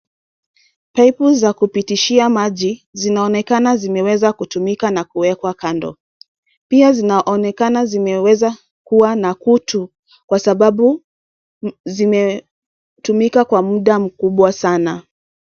Paipu za kupitishia maji, zinaonekana zimeweza kutumika na kuekwa kando. Pia zinaonekana zimeweza kua na kutu kwa sababu zimetumika kwa muda mkubwa sana.